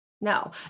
No